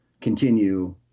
continue